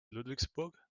ludwigsburg